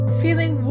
feeling